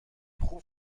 خوب